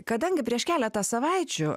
kadangi prieš keletą savaičių